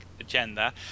agenda